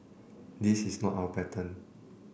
this is not our pattern